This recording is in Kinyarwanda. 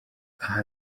aha